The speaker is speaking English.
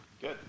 Good